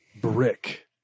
Brick